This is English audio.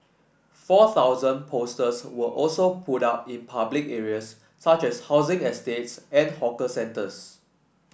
four thousand posters were also put up in public areas such as housing estates and hawker centres